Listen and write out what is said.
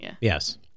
Yes